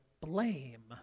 blame